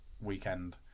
weekend